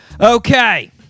Okay